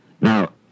Now